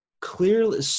clearly